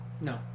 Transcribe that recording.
no